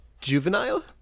juvenile